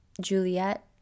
Juliet